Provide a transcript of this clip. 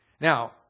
Now